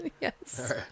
Yes